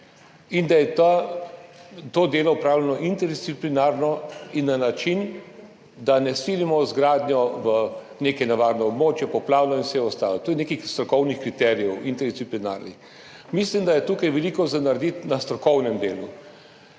in da je to delo opravljeno interdisciplinarno in na način, da ne silimo z gradnjo v neko nevarno območje, poplavno in vse ostalo. To je nekaj interdisciplinarnih strokovnih kriterijev. Mislim, da je tukaj veliko narediti na strokovnem delu.